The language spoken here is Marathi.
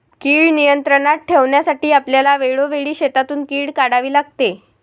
कीड नियंत्रणात ठेवण्यासाठी आपल्याला वेळोवेळी शेतातून कीड काढावी लागते